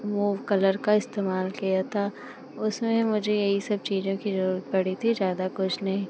move colour का इस्तेमाल किया था उसमें भी मुझे यही सब चीज़ों की ज़रूरत पड़ी थी ज़्यादा कुछ नहीं